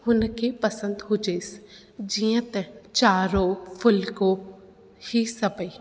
हुन खे पसंदि हुजेसि जीअं त चाड़ो फुलिको हीउ सभई